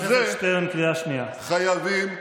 אבל בשביל זה חייבים לדבר.